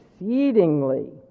exceedingly